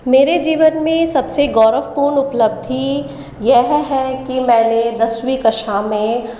मेरे जीवन में सबसे गौरवपूर्ण उपलब्धि यह है कि मैंने दसवीं कक्षा में